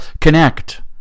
connect